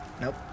nope